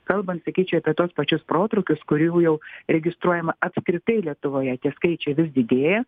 kalbant sakyčiau apie tuos pačius protrūkius kurių jau registruojama apskritai lietuvoje tie skaičiai vis didėja